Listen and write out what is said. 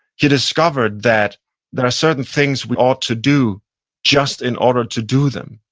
he discovered that there are certain things we ought to do just in order to do them.